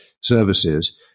services